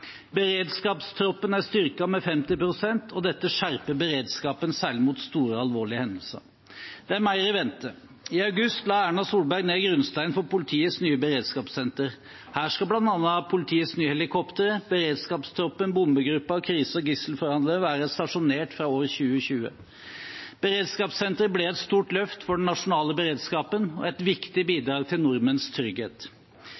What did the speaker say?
Beredskapstroppen er styrket med 50 pst., og dette skjerper beredskapen, særlig mot store og alvorlige hendelser. Det er mer i vente. I august la Erna Solberg ned grunnsteinen for politiets nye beredskapssenter. Her skal bl.a. politiets nye helikoptre, beredskapstroppen, bombegruppen og krise- og gisselforhandlere være stasjonert fra år 2020. Beredskapssenteret blir et stort løft for den nasjonale beredskapen og et viktig